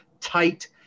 tight